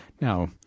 Now